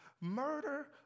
murder